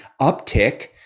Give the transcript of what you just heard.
uptick